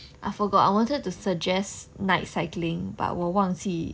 I forgot I wanted to suggest night cycling but 我忘记